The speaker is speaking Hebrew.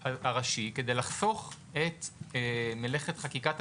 כדי לחסוך את מלאכת חקיקת המשנה,